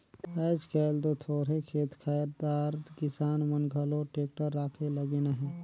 आएज काएल दो थोरहे खेत खाएर दार किसान मन घलो टेक्टर राखे लगिन अहे